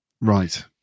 Right